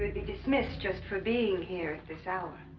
be dismissed just for being here at this hour,